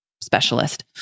specialist